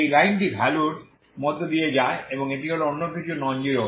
এই লাইনটি ভ্যালু র মধ্য দিয়ে যায় এবং এটি হল অন্য কিছু কিছু ননজিরো